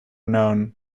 known